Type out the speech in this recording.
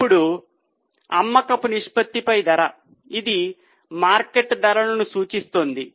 ఇప్పుడు అమ్మకపు నిష్పత్తిపై ధర ఇది మార్కెట్ ధరలను సూచిస్తుంది